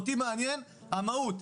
אותי מעניינת המהות,